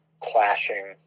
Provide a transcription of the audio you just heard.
clashing